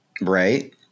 Right